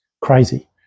Crazy